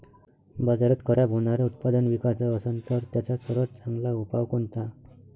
बाजारात खराब होनारं उत्पादन विकाच असन तर त्याचा सर्वात चांगला उपाव कोनता?